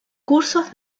cursos